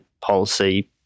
policy